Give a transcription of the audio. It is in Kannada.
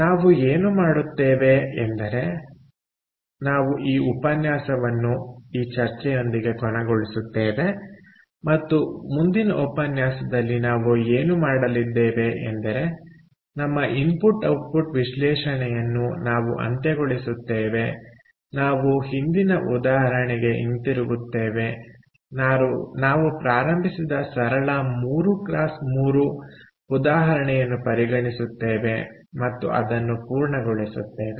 ನಾವು ಏನು ಮಾಡುತ್ತೇವೆ ಎಂದರೆ ನಾವು ಈ ಉಪನ್ಯಾಸವನ್ನು ಈ ಚರ್ಚೆಯೊಂದಿಗೆ ಕೊನೆಗೊಳಿಸುತ್ತೇವೆ ಮತ್ತು ಮುಂದಿನ ಉಪನ್ಯಾಸದಲ್ಲಿ ನಾವು ಏನು ಮಾಡಲಿದ್ದೇವೆ ಎಂದರೆ ನಮ್ಮ ಇನ್ಪುಟ್ ಔಟ್ಪುಟ್ ವಿಶ್ಲೇಷಣೆಯನ್ನು ನಾವು ಅಂತ್ಯಗೊಳಿಸುತ್ತೇವೆ ನಾವು ಹಿಂದಿನ ಉದಾಹರಣೆಗೆ ಹಿಂತಿರುಗುತ್ತೇವೆ ನಾವು ಪ್ರಾರಂಭಿಸಿದ ಸರಳ 3 x 3 ಉದಾಹರಣೆಯನ್ನು ಪರಿಗಣಿಸುತ್ತೇವೆ ಮತ್ತು ಅದನ್ನು ಪೂರ್ಣಗೊಳಿಸುತ್ತೇವೆ